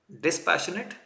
dispassionate